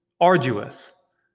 arduous